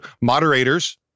Moderators